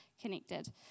connected